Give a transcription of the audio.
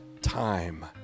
time